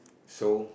soul